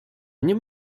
nie